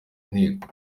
inteko